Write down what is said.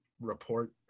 report